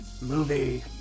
Movie